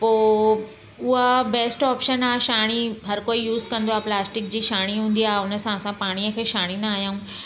पोइ उहा best option आहे छाणी हर कोई यूस कंदो आहे प्लास्टिक जी छाणी हूंदी आहे हुन सां असां पाणीअ खे छाणींदा आहियूं